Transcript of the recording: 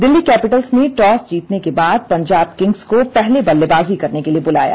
Delhi Capitals ने toss जीतने के बाद पंजाब किंग्स को पहले बल्लेबाजी करने के लिए बुलाया